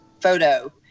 photo